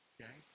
Okay